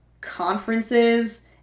conferences